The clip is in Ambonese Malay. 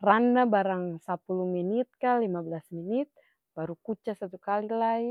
randam barang sapulu menit ka limablas menit baru kuca satu kali lai.